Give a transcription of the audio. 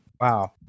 wow